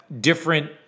different